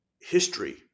history